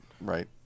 Right